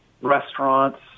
restaurants